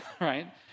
right